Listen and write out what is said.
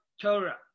Torah